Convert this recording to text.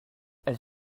elle